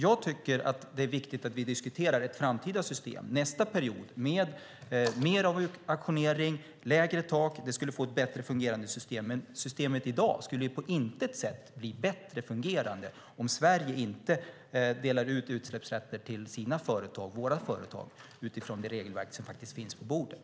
Jag tycker att det är viktigt att vi diskuterar ett framtida system nästa period med mer av utauktionering och lägre tak. Det skulle ge ett bättre fungerande system, men systemet i dag skulle på intet sätt bli bättre fungerande om Sverige inte delar ut utsläppsrätter till våra företag utifrån det regelverk som faktiskt finns på bordet.